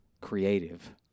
creative